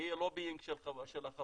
שיהיה לובי של החברות?